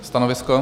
Stanovisko?